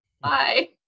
Bye